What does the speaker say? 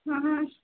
ਹਾਂ ਹਾਂ